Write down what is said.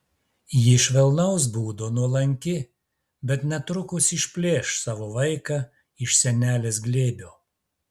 ji švelnaus būdo nuolanki bet netrukus išplėš savo vaiką iš senelės glėbio